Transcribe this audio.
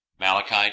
malachi